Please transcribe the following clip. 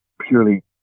purely